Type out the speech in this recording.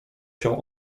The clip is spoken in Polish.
się